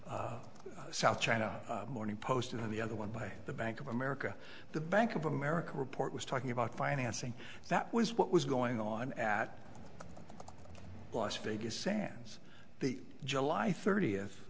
south china morning post and the other one by the bank of america the bank of america report was talking about financing that was what was going on at las vegas sands the july thirtieth